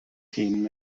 hun